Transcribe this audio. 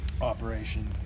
operation